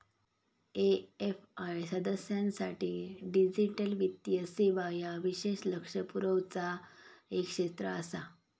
AFI सदस्यांसाठी digital वित्तीय सेवा ह्या विशेष लक्ष पुरवचा एक क्षेत्र आसा